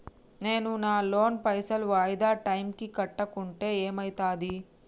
నేను నా లోన్ పైసల్ వాయిదా టైం కి కట్టకుంటే ఏమైతది?